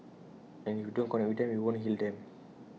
and if you don't connect with them you won't heal them